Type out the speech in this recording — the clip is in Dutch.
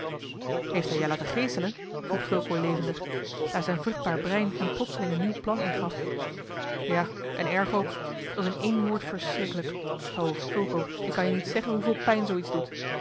heeft hij je laten geeselen vroeg fulco levendig daar zijn vruchtbaar brein hem plotseling een nieuw plan ingaf ja en erg ook t was in één woord verschrikkelijk o fulco ik kan je niet zeggen hoeveel pijn zoo iets doet